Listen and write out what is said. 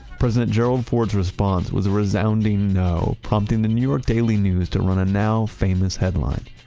president gerald ford's response was a resounding no prompting the new york daily news to run a now-famous headline,